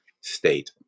state